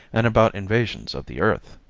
and about invasions of the earth